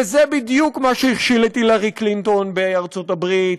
וזה בדיוק מה שהכשיל את הילרי קלינטון בארצות-הברית,